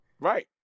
Right